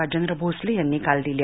राजेंद्र भोसले यांनी काल दिल्या